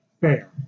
fair